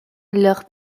leurs